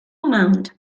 mound